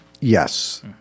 Yes